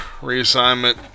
reassignment